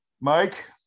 Mike